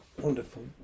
wonderful